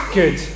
good